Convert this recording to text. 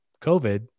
COVID